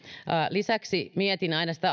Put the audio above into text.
lisäksi mietin aina sitä